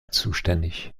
zuständig